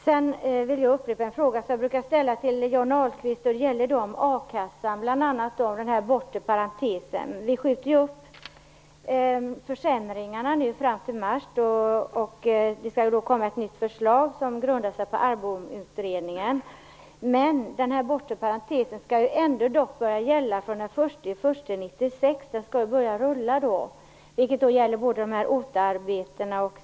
Jag vill upprepa en fråga som jag brukar ställa till Johnny Ahlqvist. Det gäller den bortre parentesen i akassan. Försämringarna i a-kassan skjuts nu upp till mars, och det skall komma ett nytt förslag som skall grunda sig på ARBOM-utredningen. Men den bortre parentesen skall ju dock börja gälla från den 1 januari 1996.